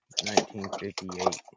1958